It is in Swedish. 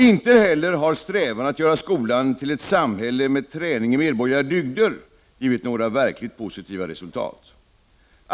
Inte heller har strävan att göra skolan till ett samhälle med träning i medborgerliga dygder givit några verkligt positiva resultat.